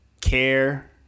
care